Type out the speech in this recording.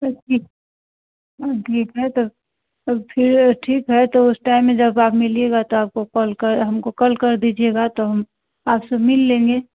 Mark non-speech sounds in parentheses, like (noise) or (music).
(unintelligible) हाँ ठीक है तो फिर ठीक है तो उस टाइम में जब आप मिलिएगा तो आपको कॉल कर हमको कॉल कर दीजिएगा तो हम आपसे मिल लेंगे